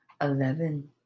eleven